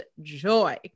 joy